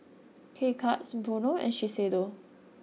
K Cuts Vono and Shiseido